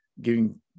giving